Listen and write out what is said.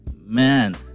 man